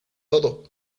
todo